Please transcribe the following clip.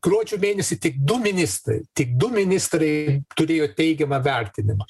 gruodžio mėnesį tik du ministrai tik du ministrai turėjo teigiamą vertinimą